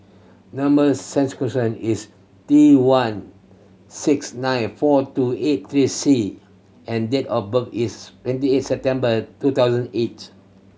number is T one six nine four two eight three C and date of birth is twenty eight September two thousand eight